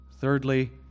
Thirdly